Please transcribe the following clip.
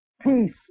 Peace